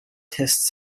test